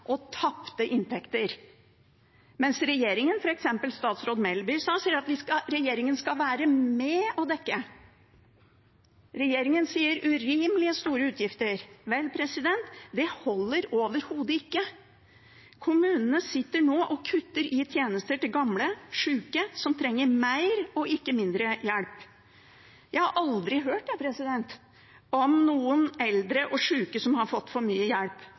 og tapte inntekter, mens regjeringen, f.eks. statsråd Melby, sier at regjeringen skal være med og dekke. Regjeringen sier «urimelig store utgifter». Vel, det holder overhodet ikke. Kommunene sitter nå og kutter i tjenester til gamle og sjuke, som trenger mer, ikke mindre hjelp. Jeg har aldri hørt om noen eldre og sjuke som har fått for mye hjelp,